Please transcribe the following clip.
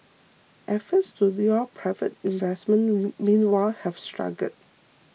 efforts to lure private investment meanwhile have struggled